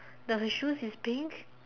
the shoes is pink